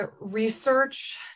research